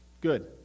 Good